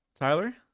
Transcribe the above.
Tyler